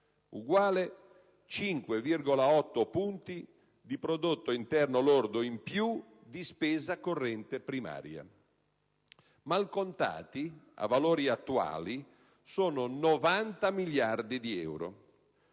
uguale 5,8 punti di prodotto interno lordo in più di spesa corrente primaria. Mal contati, a valori attuali sono 90 miliardi di euro.